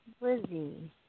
Lizzie